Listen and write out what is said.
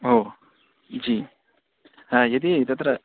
हो जी हा यदि तत्र